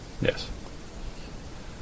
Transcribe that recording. Yes